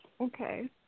Okay